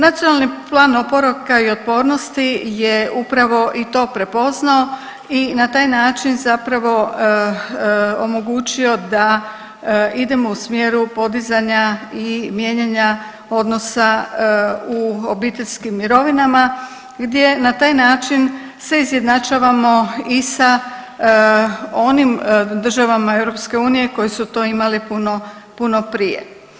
Nacionalni plan oporavka i otpornosti je upravo i to prepoznao i na taj način zapravo omogućio da idemo u smjeru podizanja i mijenjanja odnosa u obiteljskim mirovinama, gdje na taj način se izjednačavamo i sa onim državama EU koje su to imale puno, puno prije.